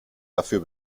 dafür